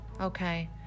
Okay